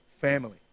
family